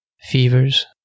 fevers